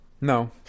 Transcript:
No